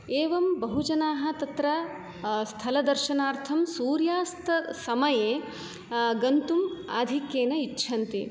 एवं बहुजनाः तत्र स्थलदर्शनार्थं सूर्यास्तसमये गन्तुम् आधिक्येन इच्छन्ति